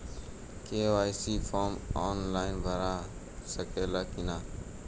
KYC form online भरा सकला की ना?